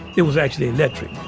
it was actually electric